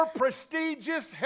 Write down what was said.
prestigious